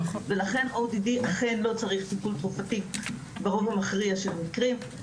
ואכן ODD אכן לא צריך טיפול תרופתי ברוב המכריע של המקרים.